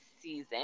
season